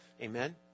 Amen